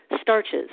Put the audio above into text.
Starches